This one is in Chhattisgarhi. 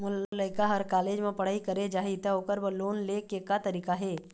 मोर लइका हर कॉलेज म पढ़ई करे जाही, त ओकर बर लोन ले के का तरीका हे?